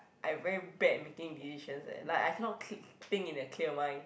I very bad at making decisions eh like I cannot cl~ think in a clear mind